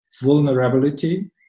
vulnerability